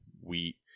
wheat